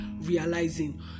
realizing